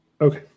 okay